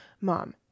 Mom